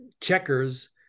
checkers